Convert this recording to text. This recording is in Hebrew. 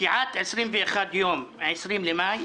פקיעת 21 יום - 20 למאי,